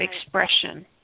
expression